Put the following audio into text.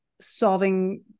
solving